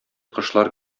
кошлар